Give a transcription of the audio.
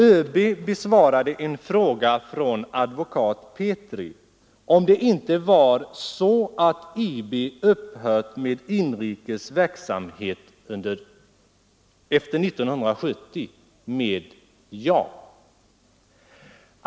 ÖB besvarade en fråga från advokat Petri om det inte var så att IB upphört med inrikes verksamhet efter år 1970 med ja.